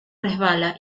resbala